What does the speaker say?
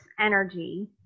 energy